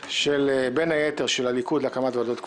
בין היתר של הליכוד להקמת ועדות קבועות.